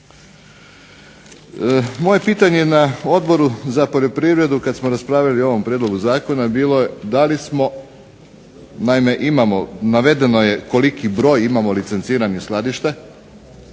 Moje pitanje na Odboru za poljoprivredu kada smo raspravljali o ovom prijedlogu zakona bilo je, naime imamo navedeno je koliki broj imamo licenciranih skladišta